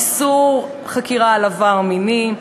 איסור חקירה על עבר מיני,